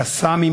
"קסאמים",